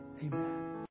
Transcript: Amen